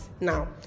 now